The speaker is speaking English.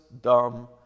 dumb